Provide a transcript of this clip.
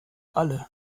alle